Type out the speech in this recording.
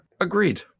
Agreed